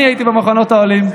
אני הייתי במחנות העולים,